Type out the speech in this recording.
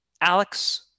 Alex